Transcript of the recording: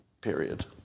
period